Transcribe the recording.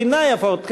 בעיני לפחות,